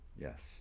Yes